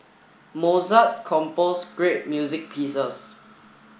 Mozart composed great music pieces